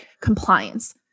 compliance